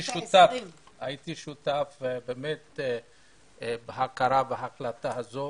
והייתי שותף בהכרה ובהחלטה הזו